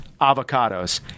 avocados